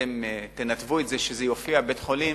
אתם תנתבו את זה שזה יופיע "בית-חולים",